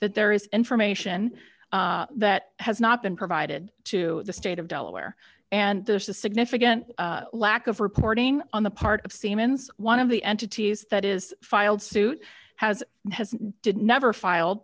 that there is information that has not been provided to the state of delaware and there's a significant lack of reporting on the part of siemens one of the entities that is filed suit has and has did never filed